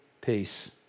peace